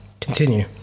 Continue